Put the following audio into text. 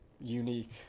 unique